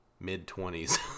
mid-twenties